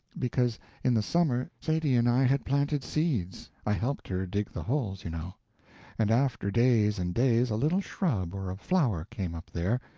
because in the summer sadie and i had planted seeds i helped her dig the holes, you know and after days and days a little shrub or a flower came up there,